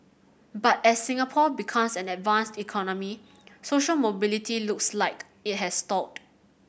but as Singapore becomes an advanced economy social mobility looks like it has stalled